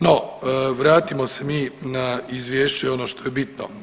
No, vratimo se mi na izvješće ono što je bitno.